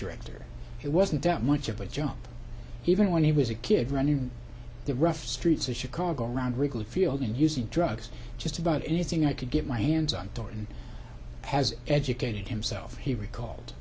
director it wasn't that much of a jump even when he was a kid running through the rough streets of chicago around wrigley field and using drugs just about anything i could get my hands on jordan has educated himself he recalled